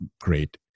great